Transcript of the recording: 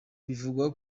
bivugwa